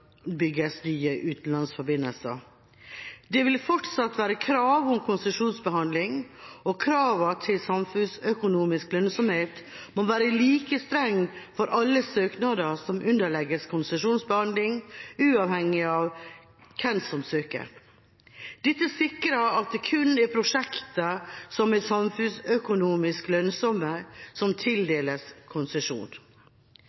Det vil fortsatt være krav om konsesjonsbehandling, og kravene til samfunnsøkonomisk lønnsomhet må være like strenge for alle søknader som underlegges konsesjonsbehandling, uavhengig av hvem som søker. Dette sikrer at det kun er prosjekter som er samfunnsøkonomisk lønnsomme, som